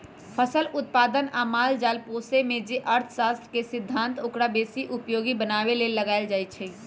फसल उत्पादन आ माल जाल पोशेमे जे अर्थशास्त्र के सिद्धांत ओकरा बेशी उपयोगी बनाबे लेल लगाएल जाइ छइ